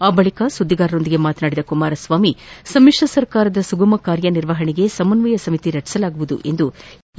ಆ ಬಳಿಕ ಸುದ್ದಿಗಾರರೊಂದಿಗೆ ಮಾತನಾಡಿದ ಕುಮಾರಸ್ವಾಮಿ ಸಮಿತ್ರ ಸರ್ಕಾರದ ಸುಗಮ ಕಾರ್ಯ ನಿರ್ವಹಣೆಗೆ ಸಮನ್ನಯ ಸಮಿತಿ ರಚಿಸಲಾಗುವುದು ಎಂದು ಹೇಳಿದರು